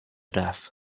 death